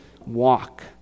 walk